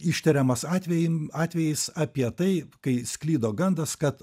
ištiriamas atvejis atvejis apie tai kai sklido gandas kad